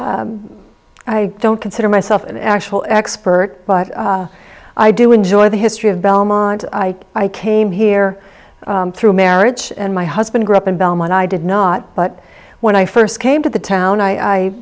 i don't consider myself an actual expert but i do enjoy the history of belmont i came here through marriage and my husband grew up in belmont i did not but when i first came to the town i